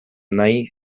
nahi